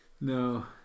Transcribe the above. No